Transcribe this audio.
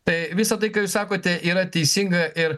tai visa tai ką jūs sakote yra teisinga ir